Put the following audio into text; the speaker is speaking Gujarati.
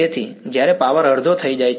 તેથી જ્યારે પાવર અડધો થઈ જાય છે